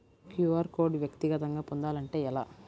QR code వ్యక్తిగతంగా పొందాలంటే ఎలా?